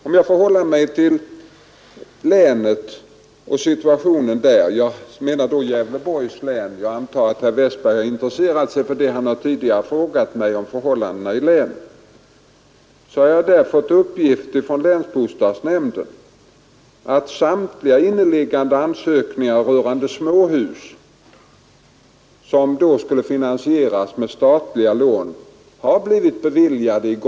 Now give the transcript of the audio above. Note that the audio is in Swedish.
Om jag får hålla mig till Gävleborgs län och situationen där som jag antar att herr Westberg är intresserad av eftersom han tidigare frågat mig om förhållandena i länet, vill jag nämna att jag fått uppgifter från länsbostadsnämnden som ger vid handen att igångsättningstillstånd beträffande samtliga inneliggande ansökningar rörande småhus som skall finansieras med statliga lån blivit beviljade.